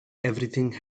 everything